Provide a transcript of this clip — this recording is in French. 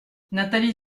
nathalie